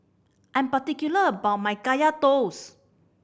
I am particular about my Kaya Toast